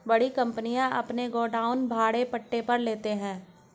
बड़ी कंपनियां अपने गोडाउन भाड़े पट्टे पर लेते हैं